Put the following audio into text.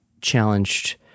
challenged